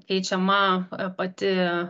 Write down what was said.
keičiama pati